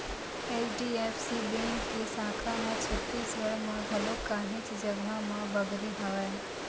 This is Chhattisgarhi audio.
एच.डी.एफ.सी बेंक के साखा ह छत्तीसगढ़ म घलोक काहेच जघा म बगरे हवय